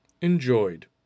enjoyed